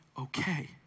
okay